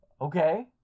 Okay